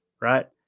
Right